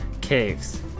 Caves